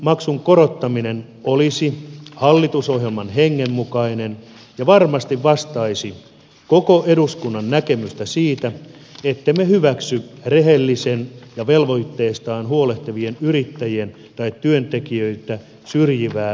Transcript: laiminlyöntimaksun korottaminen olisi hallitusohjelman hengen mukainen ja varmasti vastaisi koko eduskunnan näkemystä siitä ettemme hyväksy rehellisiä ja velvoitteistaan huolehtivia yrittäjiä tai työntekijöitä syrjivää harmaata taloutta